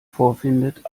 vorfindet